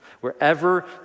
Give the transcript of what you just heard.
Wherever